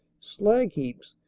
slag-heaps,